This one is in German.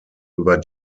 über